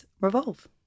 Revolve